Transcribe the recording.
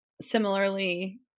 similarly